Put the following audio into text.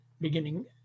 beginning